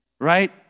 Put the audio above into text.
right